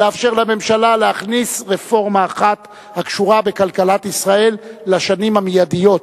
לאפשר לממשלה להכניס רפורמה אחת הקשורה בכלכלת ישראל לשנים המיידיות,